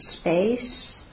space